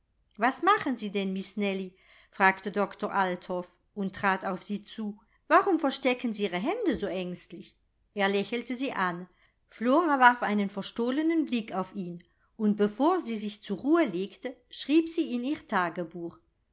was machen sie denn miß nellie fragte doktor althoff und trat auf sie zu warum verstecken sie ihre hände so ängstlich er lächelte sie an flora warf einen verstohlenen blick auf ihn und bevor sie sich zur ruhe legte schrieb sie in ihr tagebuch